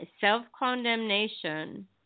self-condemnation